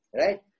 Right